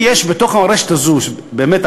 אם יש בתוך הרשות הזו באמת,